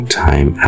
time